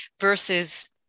versus